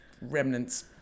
remnants